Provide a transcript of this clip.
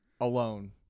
alone